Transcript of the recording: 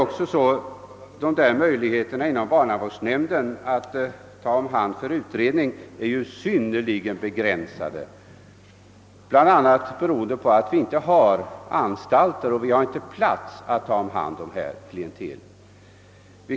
Dessutom är möjligheterna inom barnavårdsnämnden att ta om hand fall för utredning synnerligen begränsade, bl.a. beroende på att vi inte har anstalter och inte plats att ta hand om detta klientel.